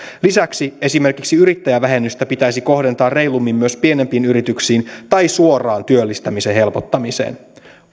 lisäksi esimerkiksi yrittäjävähennystä pitäisi kohdentaa reilummin myös pienempiin yrityksiin tai suoraan työllistämisen helpottamiseen